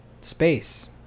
space